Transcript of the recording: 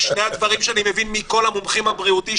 שני הדברים שאני מבין מכל המומחים הבריאותיים,